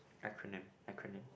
acronym acronym